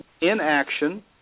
inaction